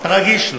אתה רגיש,